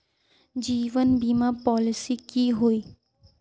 जीवन बीमा पॉलिसी की होय?